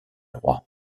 rois